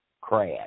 crash